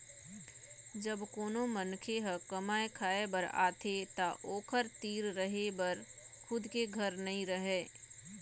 जब कोनो मनखे ह कमाए खाए बर आथे त ओखर तीर रहें बर खुद के घर नइ रहय